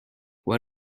what